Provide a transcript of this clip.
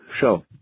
show